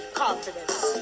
confidence